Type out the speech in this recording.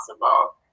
possible